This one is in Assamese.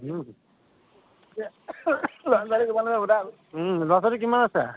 ল'ৰা ছোৱালী কিমান আছে